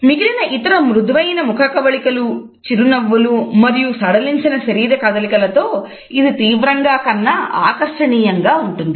మిగిలిన ఇతర మృదువైన ముఖకవళికలు చిరునవ్వులు మరియు సడలించిన శరీర కదలికలతో ఇది తీవ్రంగా కన్నా ఆకర్షణీయంగా ఉంటుంది